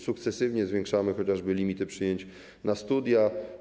Sukcesywnie zwiększamy chociażby limity przyjęć na studia.